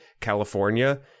California